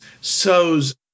so's